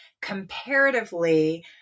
comparatively